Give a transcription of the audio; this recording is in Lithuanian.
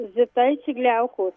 zita iš igliaukos